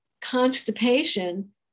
constipation